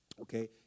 Okay